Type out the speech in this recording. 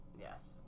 Yes